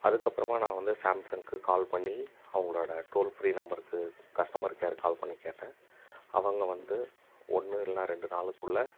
அதுக்கப்புறமா நான் வந்து சாம்சங்க்கு கால் பண்ணி அவங்களோட டோல் ஃப்ரீ நம்பருக்கு கஸ்டமர் கேருக்கு கால் பண்ணி கேட்டேன் அவங்க வந்து ஒன்று இல்லைனா ரெண்டு நாளுக்குள்ளே